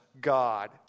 God